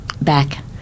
back